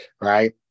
Right